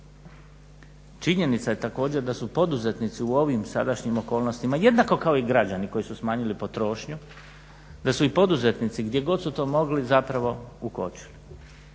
Činjenica je također da su poduzetnici u ovim sadašnjim okolnostima jednako kao i građani koji su smanjili potrošnju da su i poduzetnici gdje god su to mogli zapravo ukočili.